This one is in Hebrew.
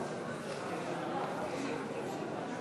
מייד לאחר ההכרזה על התוצאות יתקיימו עוד כמה הצבעות.